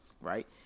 right